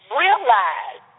realize